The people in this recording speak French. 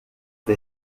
des